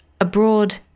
abroad